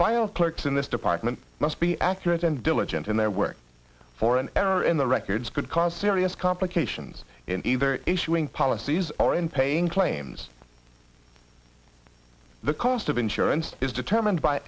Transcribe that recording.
file clerks in this department must be accurate and diligent in their work for an error in the records could cause serious complications in either issuing policies or in paying claims the cost of insurance is determined by